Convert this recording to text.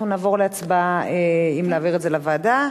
אנחנו נעבור להצבעה אם להעביר את זה לוועדה.